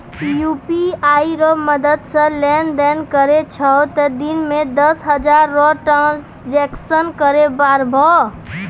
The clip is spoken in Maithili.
यू.पी.आई रो मदद से लेनदेन करै छहो तें दिन मे दस हजार रो ट्रांजेक्शन करै पारभौ